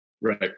Right